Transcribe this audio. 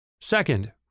Second